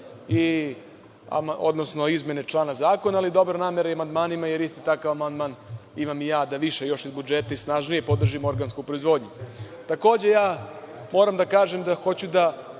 i izmene člana zakona, ali dobra namera i amandmanima, jer isti takav amandman imam i ja da više još iz budžeta, i snažnije, podržim organsku proizvodnju. Takođe, moram da kažem da hoću da